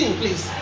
please